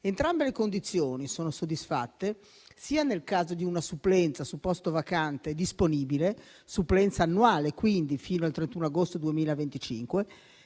Entrambe le condizioni sono soddisfatte sia nel caso di una supplenza su posto vacante disponibile (supplenza annuale, quindi, fino al 31 agosto 2025),